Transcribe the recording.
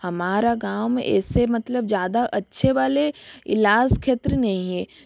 हमारे गाँव में ऐसे मतलब ज़्यादा अच्छे वाले इलाज क्षेत्र नहीं है